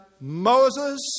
Moses